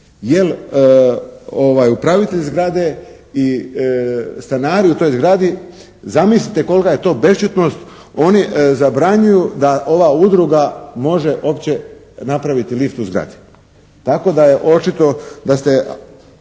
jer upravitelj zgrade i stanari u toj zgradi, zamislite kolika je to bešćutnost, oni zabranjuju da ova udruga može uopće napraviti lift u zgradi. Tako da je očito da ste